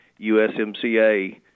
USMCA